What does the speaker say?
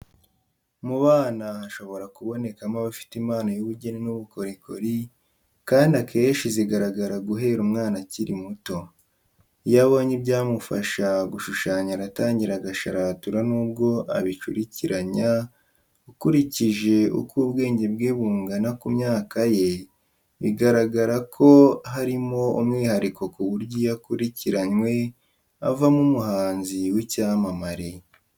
Mu bana hashobora kubonekamo abafite impano y'ubugeni n'ubukorikori, kandi akenshi zigaragara guhera umwana akiri muto. Iyo abonye ibyamufasha gushushanya aratangira agasharatura n'ubwo abicurikiranya, ukurikije uko ubwenge bwe bungana ku myaka ye, bigaragara ko harimo umwihariko ku buryo iyo akurikiranywe avamo umuhanzi w'icyamamare.